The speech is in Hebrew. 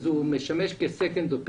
הוא משמש כחוות דעת שנייה.